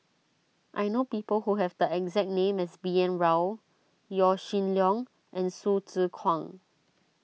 I know people who have the exact name as B N Rao Yaw Shin Leong and Hsu Tse Kwang